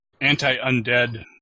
anti-undead